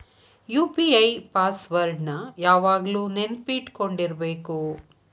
UPI password ನ ಯಾವಾಗ್ಲು ನೆನ್ಪಿಟ್ಕೊಂಡಿರ್ಬೇಕು